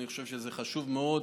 אני חושב שזה חשוב מאוד.